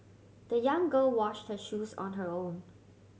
the young girl washed her shoes on her own